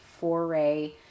foray